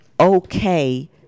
okay